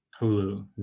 Hulu